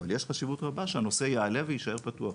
אבל יש חשיבות רבה שהנושא יעלה ויישאר פתוח,